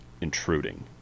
intruding